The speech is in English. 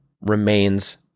remains